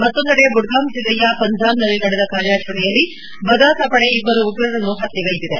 ಮತ್ತೊಂದೆಡೆ ಬುಡ್ಗಾಮ್ ಜಿಲ್ಲೆಯ ಪಂಝಾನ್ನಲ್ಲಿ ನಡೆದ ಕಾರ್್ಯಾಚರಣೆಯಲ್ಲಿ ಭದ್ರತಾ ಪಡೆ ಇಬ್ಬರು ಉಗ್ರರನ್ನು ಹತ್ಯೆಗೈದಿದೆ